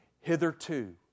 hitherto